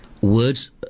words